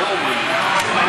לוועדת החוקה,